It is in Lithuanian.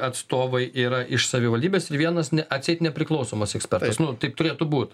atstovai yra iš savivaldybės ir vienas ne atseit nepriklausomas ekspertas nu taip turėtų būti